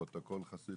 פרוטוקול חסוי,